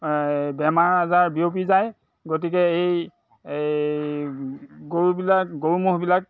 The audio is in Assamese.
বেমাৰ আজাৰ বিয়পি যায় গতিকে এই গৰুবিলাক গৰু ম'হবিলাক